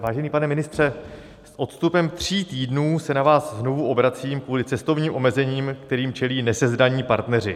Vážený pane ministře, s odstupem tří týdnů se na vás znovu obracím kvůli cestovním omezením, kterým čelí nesezdaní partneři.